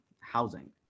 housing